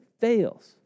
fails